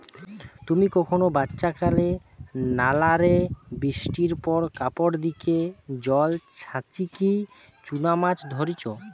তুমি কখনো বাচ্চাকালে নালা রে বৃষ্টির পর কাপড় দিকি জল ছাচিকি চুনা মাছ ধরিচ?